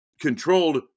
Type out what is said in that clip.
controlled